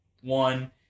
one